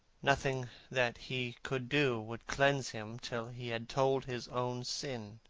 nothing that he could do would cleanse him till he had told his own sin.